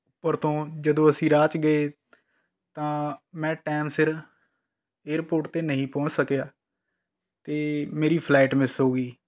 ਉੱਪਰ ਤੋਂ ਜਦੋਂ ਅਸੀਂ ਰਾਹ 'ਚ ਗਏ ਤਾਂ ਮੈਂ ਟਾਈਮ ਸਿਰ ਏਅਰਪੋਰਟ 'ਤੇ ਨਹੀਂ ਪਹੁੰਚ ਸਕਿਆ ਅਤੇ ਮੇਰੀ ਫਲਾਈਟ ਮਿਸ ਹੋ ਗਈ